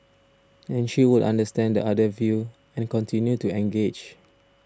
and she would understand the other view and continue to engage